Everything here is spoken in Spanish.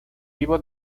vivo